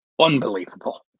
unbelievable